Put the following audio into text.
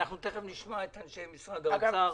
נשמע את אנשי משרד האוצר.